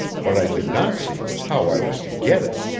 what i did not see was how i was to get it,